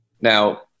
Now